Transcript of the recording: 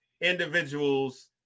individuals